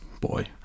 Boy